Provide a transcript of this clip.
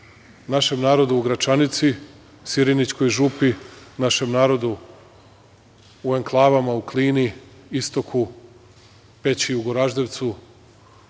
našem narodu u Gračanici, Sirinićkoj župi, našem narodu u enklavama u Klini, Istoku, Peći, Goraždevcu,